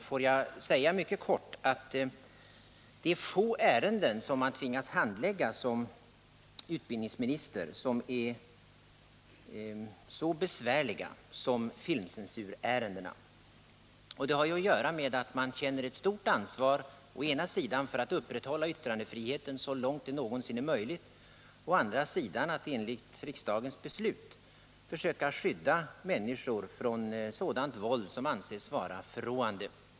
Får jag mycket kort säga att det är få ärenden som man som utbildningsminister tvingas handlägga som är så besvärliga som filmcensurärendena. Det har att göra med att man känner ett stort ansvar å ena sidan för att upprätthålla yttrandefriheten så långt det någonsin är möjligt, å andra sidan att enligt riksdagens beslut försöka skydda människor från sådant våld som anses vara förråande.